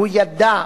והוא ידע,